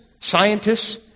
scientists